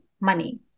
money